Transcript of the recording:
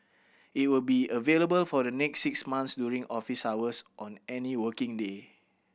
it will be available for the next six months during office hours on any working day